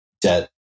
debt